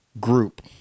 group